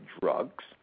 drugs